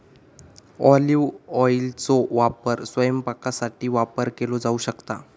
olive ऑइलचो वापर स्वयंपाकासाठी वापर केलो जाऊ शकता